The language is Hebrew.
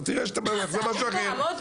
אתה תראה שזה משהו אחר.